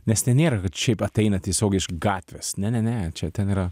nes ten nėra šiaip ateina tiesiog iš gatvės ne ne ne čia ten yra